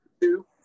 two